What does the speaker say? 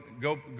go